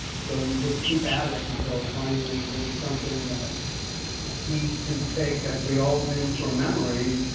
so you just keep at it until finally there's something that he can take as we all do from memory.